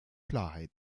klarheit